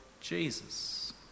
Jesus